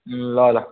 ल ल